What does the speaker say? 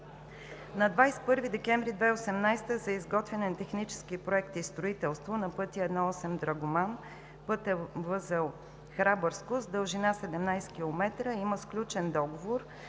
На 21 декември 2018 г. за изготвяне на технически проект и строителство на пътя 1-8 Драгоман – пътен възел „Храбърско“, с дължина 17 км, има сключен договор